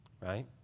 Right